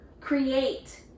create